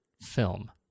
film